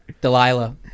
Delilah